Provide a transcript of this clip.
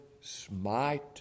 smite